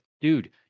dude